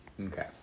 Okay